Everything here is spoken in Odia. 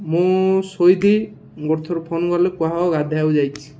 ମୁଁ ଶୋଇଥିବି ଗୋଟେ ଥର ଫୋନ ଗଲେ କୁହା ହେବ ଗାଧୋଇବାକୁ ଯାଇଛି